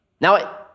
Now